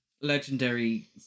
legendary